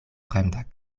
fremda